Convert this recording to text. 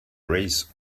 raise